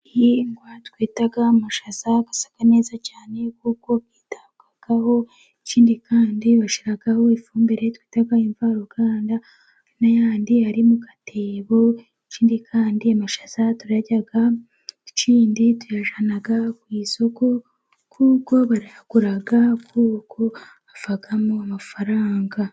Igihingwa twita amashaza asa neza cyane, kuko yitabwaho, ikindi kandi bashyiraho ifumbire twita imvaruganda, n'ayandi ari mu gatebo, ikindi kandi amashaza turayarya, iki kandi tuyajyana ku isoko, kuko barayagura, kuko avamo amafaranga.